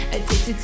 Addicted